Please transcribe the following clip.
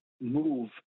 move